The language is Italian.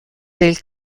del